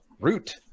Root